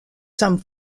some